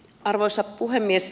arvoisa puhemies